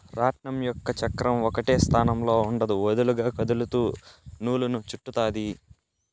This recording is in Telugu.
రాట్నం యొక్క చక్రం ఒకటే స్థానంలో ఉండదు, వదులుగా కదులుతూ నూలును చుట్టుతాది